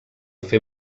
fer